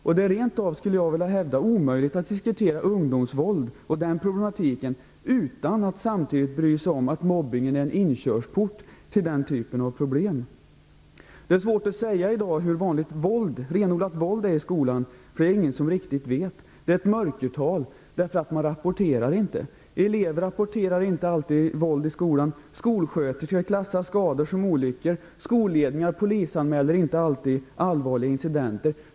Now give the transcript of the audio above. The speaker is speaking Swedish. Jag skulle rent av vilja hävda att det är omöjligt att diskutera problematiken med ungdomsvåld utan att samtidigt bry sig om att mobbningen är en inkörsport till den typen av problem. Det är i dag svårt att säga hur vanligt renodlat våld är i skolan. Det finns ett mörkertal, eftersom man inte rapporterar allt. Elever anmäler inte alltid våld i skolan. Skolsköterskor klassar skador som olyckor, skolledningar polisanmäler inte alltid allvarliga incidenter.